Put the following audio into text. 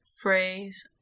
phrase